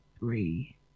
Three